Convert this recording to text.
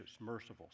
merciful